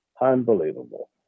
Unbelievable